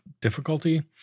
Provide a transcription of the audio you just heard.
difficulty